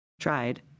tried